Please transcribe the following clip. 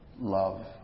Love